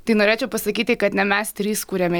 tai norėčiau pasakyti kad ne mes trys kuriame